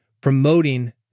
promoting